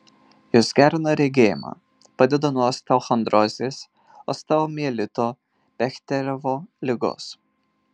jos gerina regėjimą padeda nuo osteochondrozės osteomielito bechterevo ligos